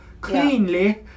Cleanly